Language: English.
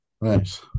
Nice